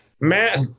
Matt